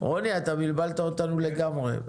רוני, אתה בלבלת אותנו לגמרי.